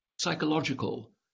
psychological